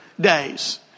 days